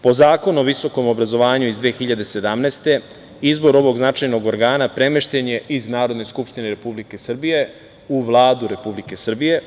Po Zakonu o visokom obrazovanju iz 2017. godine izbor ovog značajnog organa premešten je iz Narodne skupštine Republike Srbije u Vladu Republike Srbije.